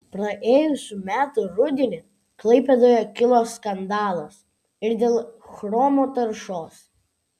praėjusių metų rudenį klaipėdoje kilo skandalas ir dėl chromo taršos